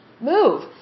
Move